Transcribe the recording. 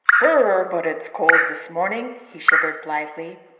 brrr! but it's cold this morning, he shivered blithely.